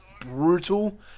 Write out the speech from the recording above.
brutal